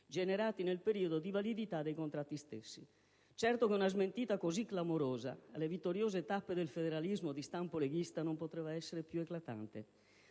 generati nel periodo di validità dei contratti stessi. Certo che una smentita così clamorosa alle vittoriose tappe del federalismo di stampo leghista non poteva essere più eclatante!